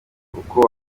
uko